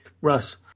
russ